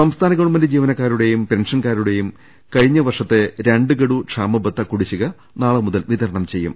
സംസ്ഥാന ഗവൺമെന്റ് ജീവനക്കാരുടെയും പെൻഷൻകാരു ടേയും കഴിഞ്ഞ വർഷത്തെ രണ്ട് ഗഡ്ു ക്ഷാമ ബത്ത കുടിശിക നാളെ മുതൽ വിതരണം ചെയ്യും